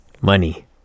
money